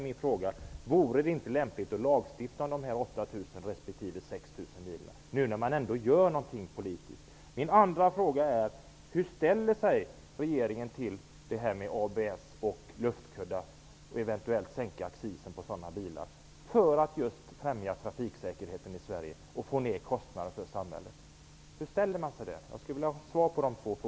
Min andra fråga är: Hur ställer sig regeringen till att man skall kunna sänka accisen på bilar med ABS bromsar och luftkuddar -- detta för att just främja trafiksäkerheten i Sverige och få ner kostnaden för samhället? Dessa två frågor skulle jag vilja ha svar på.